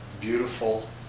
beautiful